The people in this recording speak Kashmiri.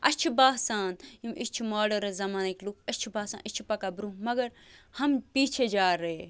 اَسہِ چھُ باسان یِم أسۍ چھِ ماڈٲرٕن زَمانٕکۍ لُکھ اَسہِ چھِ باسان أسۍ چھِ پَکان برٛونٛہہ مگر ہم پیٖچھے جا رہے